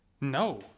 No